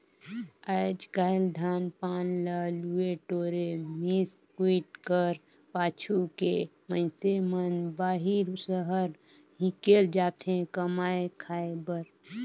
आएज काएल धान पान ल लुए टोरे, मिस कुइट कर पाछू के मइनसे मन बाहिर सहर हिकेल जाथे कमाए खाए बर